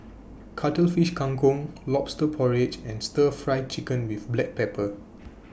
Cuttlefish Kang Kong Lobster Porridge and Stir Fry Chicken with Black Pepper